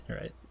Right